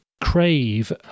crave